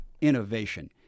innovation